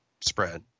spread